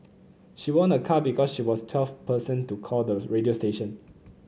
she won a car because she was twelfth person to call the radio station